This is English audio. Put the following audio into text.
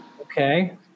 Okay